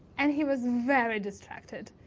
and he was very distracted.